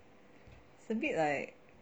it's a bit like